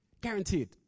Guaranteed